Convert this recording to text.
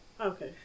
Okay